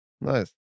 nice